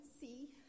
see